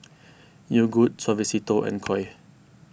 Yogood Suavecito and Koi